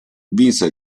vinse